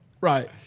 right